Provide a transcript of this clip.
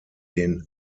den